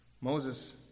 Moses